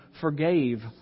forgave